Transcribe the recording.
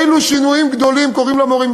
אילו שינויים גדולים קורים אצל המורים,